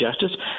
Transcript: justice